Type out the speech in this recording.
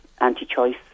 anti-choice